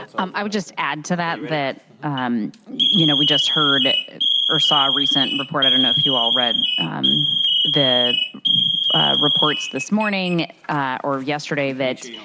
um i would just add to that. you um you know, we just heard or saw a recent report. i don't know if you all red the reports this morning or yesterday that